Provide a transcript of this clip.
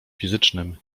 fizycznym